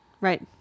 Right